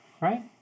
Right